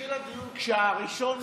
יתחיל הדיון כשהראשון יעלה.